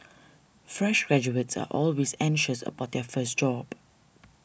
fresh graduates are always anxious about their first job